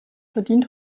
verdient